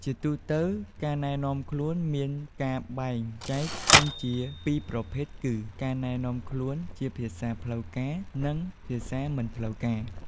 ជាទូទៅការណែនាំខ្លួនមានការបែងចែកចេញជាពីរប្រភេទគឺ ការណែនាំខ្លួនជាភាសាផ្លូវការ និងភាសាមិនផ្លូវការ។